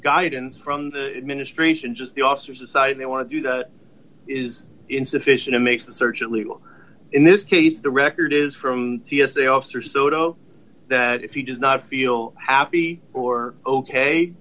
guidance from the administration just the officers decided they want to do that is insufficient to make the search it legal in this case the record is from t s a officer soto that if he does not feel happy or ok